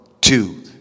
two